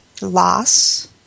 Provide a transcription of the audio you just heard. loss